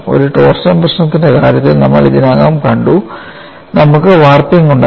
ഒരു ടോർഷൻ പ്രശ്നത്തിന്റെ കാര്യത്തിൽ നമ്മൾ ഇതിനകം കണ്ടു നമുക്ക് വാർപ്പിംഗ് ഉണ്ടായിരുന്നു